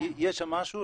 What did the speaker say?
יש שם משהו,